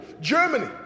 Germany